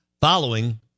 following